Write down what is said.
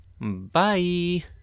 Bye